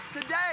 today